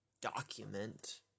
document